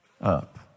up